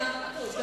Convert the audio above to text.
פעם שלישית.